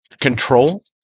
control